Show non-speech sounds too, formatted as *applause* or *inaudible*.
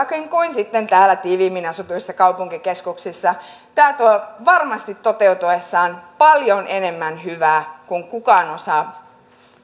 *unintelligible* kuin sitten täällä tiiviimmin asutuissa kaupunkikeskuksissa tämä tuo varmasti toteutuessaan paljon enemmän hyvää kuin kukaan osaa